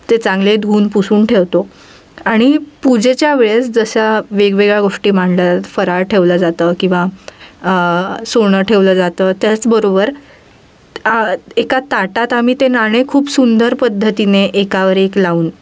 ते चांगले धुवून पुसून ठेवतो आणि पूजेच्या वेळेस जशा वेगवेगळ्या गोष्टी मांडल्या फराळ ठेवल्या जातं किंवा सोनं ठेवलं जातं त्याचबरोबर एका ताटात आम्ही ते नाणे खूप सुंदर पद्धतीने एकावर एक लावून